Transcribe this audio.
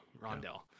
Rondell